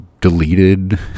deleted